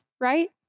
right